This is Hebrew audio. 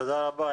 תודה רבה.